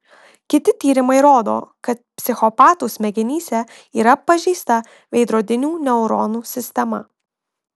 kiti tyrimai rodo kad psichopatų smegenyse yra pažeista veidrodinių neuronų sistema